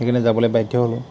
সেইকাৰণে যাবলৈ বাধ্য হ'লোঁ